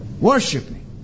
Worshiping